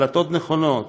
החלטות נכונות.